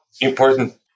important